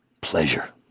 pleasure